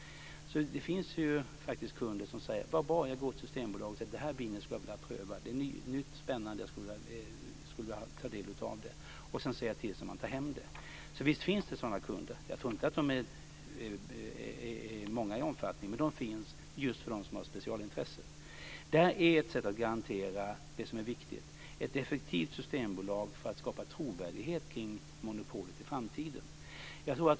Det finns faktiskt kunder som går till Systembolaget och säger: Vad bra! Jag går till Systembolaget, för det här vinet skulle jag vilja pröva. Det är nytt och spännande, och jag skulle vilja ta del av det. Jag ser till att man tar hem det. Så visst finns det sådana kunder! Jag tror inte att de är många, men det finns kunder som har specialintressen. Detta är ett sätt att garantera det som är viktigt, nämligen ett effektivt Systembolag för att skapa trovärdighet kring monopolet i framtiden.